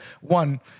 One